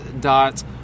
dot